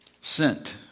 sent